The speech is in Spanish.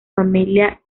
familia